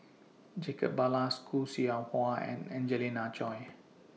Jacob Ballas Khoo Seow Hwa and Angelina Choy